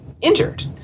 injured